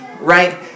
right